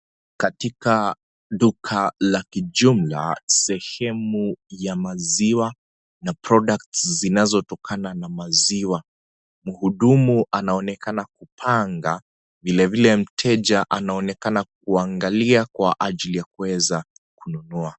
Katika duka la kijumla sehemu ya maziwa na (CS)products(CS) zinazotokana na maziwa. Mhudumu anaonekana kupanga vile vile mteja anaonekana kuangalia kwa ajili ya kuweza kununua.